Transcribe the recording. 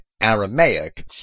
Aramaic